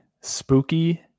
spooky